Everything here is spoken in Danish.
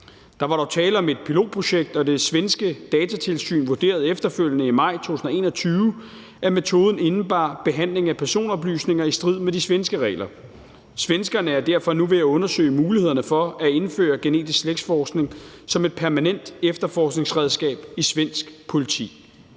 Der var dog tale om et pilotprojekt, og det svenske datatilsyn vurderede efterfølgende i maj 2021, at metoden indebar behandling af personoplysninger i strid med de svenske regler. Svenskerne er derfor nu ved at undersøge mulighederne for at indføre genetisk slægtsforskning som et permanent efterforskningsredskab i svensk politi.